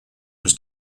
was